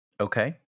Okay